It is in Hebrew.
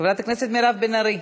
חברת הכנסת מירב בן ארי,